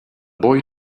boy